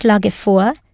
vor